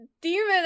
demon